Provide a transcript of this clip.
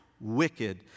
wicked